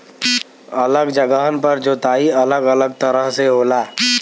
अलग जगहन पर जोताई अलग अलग तरह से होला